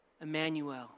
Emmanuel